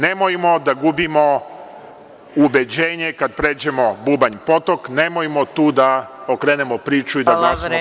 Nemojmo da gubimo ubeđenje kada pređemo Bubanje Potok, nemojmo tu da okrenemo priču i da glasamo kako nam